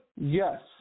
Yes